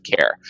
care